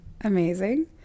amazing